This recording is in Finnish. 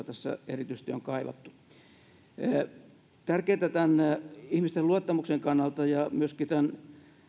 tässä erityisesti on kaivattu tärkeintä ihmisten luottamuksen kannalta ja myöskin tämän